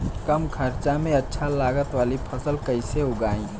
कम खर्चा में अच्छा लागत वाली फसल कैसे उगाई?